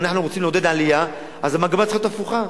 אם אנחנו רוצים לעודד עלייה המגמה צריכה להיות הפוכה.